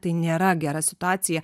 tai nėra gera situacija